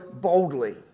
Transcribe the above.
boldly